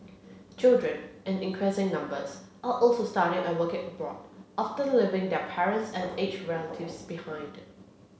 children in increasing numbers are also studying and working abroad often leaving their parents and aged relatives behind